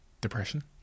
Depression